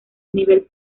nivel